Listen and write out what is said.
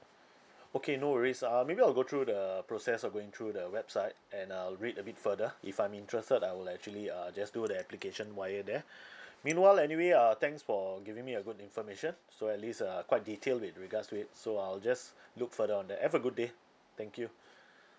okay no worries uh maybe I'll go through the process of going through the website and I'll read a bit further if I'm interested I will actually uh just do the application via there meanwhile anyway uh thanks for giving me a good information so at least uh quite detailed with regards to it so I'll just look further on that have a good day thank you